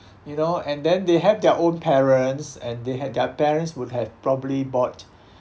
you know and then they have their own parents and they had their parents would have probably bought